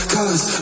Cause